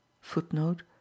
Footnote